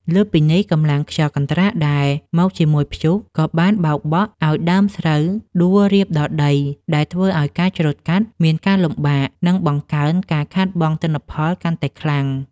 លើសពីនេះ កម្លាំងខ្យល់កន្ត្រាក់ដែលមកជាមួយព្យុះ ក៏បានបោកបក់ឱ្យដើមស្រូវដួលរាបដល់ដី ដែលធ្វើឱ្យការច្រូតកាត់មានការលំបាក និងបង្កើនការខាតបង់ទិន្នផលកាន់តែខ្លាំង។